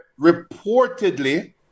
reportedly